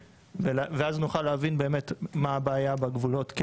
ואז נוכל להבין באמת מה הבעיה בגבולות.